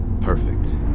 perfect